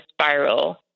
spiral